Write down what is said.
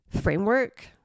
framework